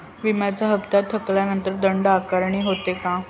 विम्याचा हफ्ता थकल्यानंतर दंड आकारणी होते का?